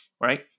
Right